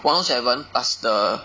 one O seven plus the